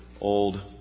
old